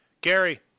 gary